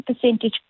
percentage